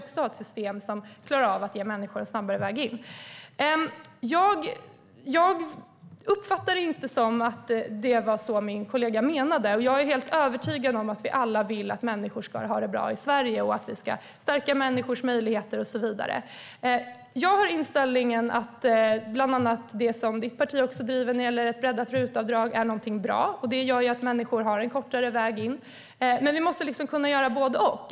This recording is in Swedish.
Vi måste ha ett system som klarar av att ge människor en snabbare väg in. Jag uppfattade det inte som att min kollega menade det på det sättet som Johanna Jönsson säger. Jag är övertygad om att vi alla vill att människor ska ha det bra i Sverige och att vi ska stärka människors möjligheter. Min inställning är att bland annat ett breddat RUT-avdrag - en fråga som Johanna Jönssons parti också driver - är något bra. Det gör att människor får en kortare väg in. Men vi måste kunna göra både och.